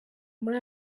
muri